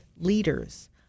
leaders